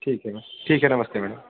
ठीक है ठीक है नमस्ते मैडम